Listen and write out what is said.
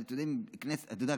אתה יודע,